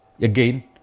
again